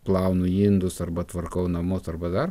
plaunu indus arba tvarkau namus arba dar